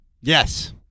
Yes